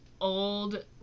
old